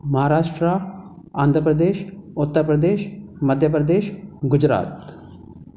Maharashtra Andhra Pradesh Uttar Pradesh Madhya Pradesh Gujarat